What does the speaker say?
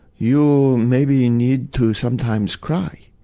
you maybe need to sometimes cry.